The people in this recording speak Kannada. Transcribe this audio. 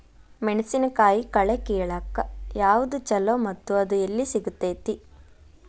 ಮೆಣಸಿನಕಾಯಿ ಕಳೆ ಕಿಳಾಕ್ ಯಾವ್ದು ಛಲೋ ಮತ್ತು ಅದು ಎಲ್ಲಿ ಸಿಗತೇತಿ?